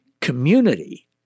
community